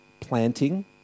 planting